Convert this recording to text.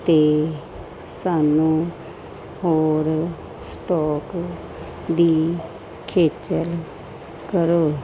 ਅਤੇ ਸਾਨੂੰ ਹੋਰ ਸਟੋਕ ਦੀ ਖੇਚਲ ਕਰੋ